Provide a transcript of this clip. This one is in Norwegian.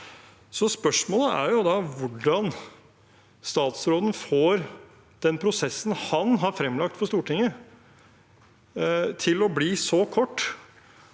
Spørsmålet er da hvordan statsråden får den prosessen han har fremlagt for Stortinget, til å bli så kort